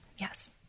Yes